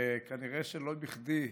וכנראה לא בכדי,